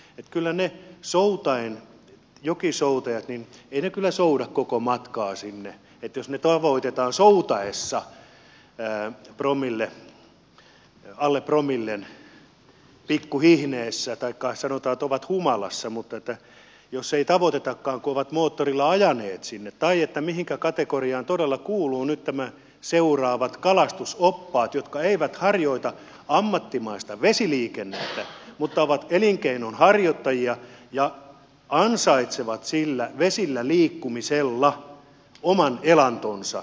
kyllä ne jokisoutajat eivät souda koko matkaa sinne ja jos ne tavoitetaan soutaessa alle promillen pikku hihneessä tai sanotaan että ovat humalassa mutta heitä ei tavoitetakaan kun ovat moottorilla ajaneet sinne tai mihinkä kategoriaan todella kuuluvat nyt nämä seuraavat kalastusoppaat jotka eivät harjoita ammattimaista vesiliikennettä mutta ovat elinkeinonharjoittajia ja ansaitsevat sillä vesillä liikkumisella oman elantonsa